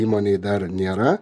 įmonei dar nėra